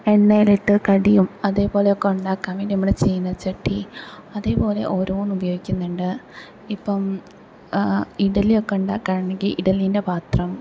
എണ്ണയിലിട്ട് കടിയും അതെപോലൊ ഒക്കെ ഉണ്ടാക്കാൻ വേണ്ടി നമ്മൾ ചീനച്ചട്ടി അതേപോലെ ഓരോന്നും ഉപയോഗിക്കുന്നുണ്ട് ഇപ്പം ഇഡ്ഡലിയൊക്കെ ഉണ്ടാക്കാനാണെങ്കിൽ ഇഡ്ഡലിൻ്റെ പാത്രം